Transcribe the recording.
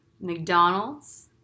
McDonald's